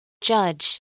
Judge